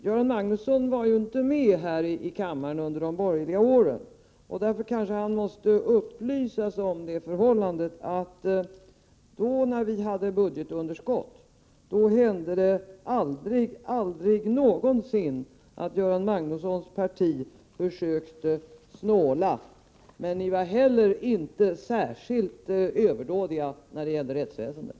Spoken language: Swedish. Göran Magnusson var inte med här i kammaren under de borgerliga åren, och därför kanske han måste upplysas om det förhållandet att det aldrig någonsin när vi hade budgetunderskott hände att Göran Magnussons parti försökte snåla. Men ni var inte heller särskilt överdådiga när det gällde rättsväsendet.